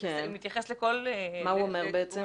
הוא מתייחס לכל --- מה הוא אומר בעצם?